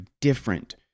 different